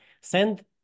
Send